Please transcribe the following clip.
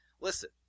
listen